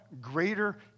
greater